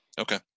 Okay